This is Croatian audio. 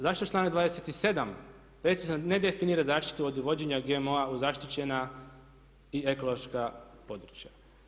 Zašto članak 27. precizno ne definira zaštitu od uvođenja GMO-a u zaštićena i ekološka područja?